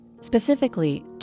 specifically